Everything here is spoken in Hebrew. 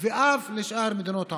ואף לשאר מדינות העולם.